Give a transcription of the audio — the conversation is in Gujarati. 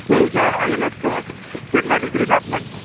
કેવું છે હાઈ એલર્ટ છે કેટલાં ડીગ્રી તાપમાન છે